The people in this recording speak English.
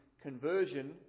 conversion